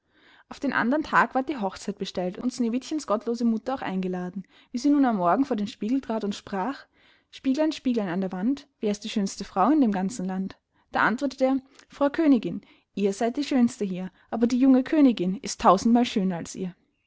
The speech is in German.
auf den andern tag ward die hochzeit bestellt und sneewittchens gottlose mutter auch eingeladen wie sie nun am morgen vor dem spiegel trat und sprach spieglein spieglein an der wand wer ist die schönste frau in dem ganzen land da antwortete er frau königin ihr seyd die schönste hier aber die junge königin ist tausendmal schöner als ihr